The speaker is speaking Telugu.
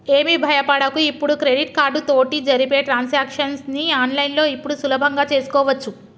ఏమి భయపడకు ఇప్పుడు క్రెడిట్ కార్డు తోటి జరిపే ట్రాన్సాక్షన్స్ ని ఆన్లైన్లో ఇప్పుడు సులభంగా చేసుకోవచ్చు